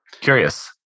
Curious